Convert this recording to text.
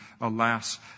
Alas